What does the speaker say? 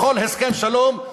לכל הסכם שלום,